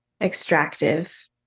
extractive